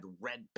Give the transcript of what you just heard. red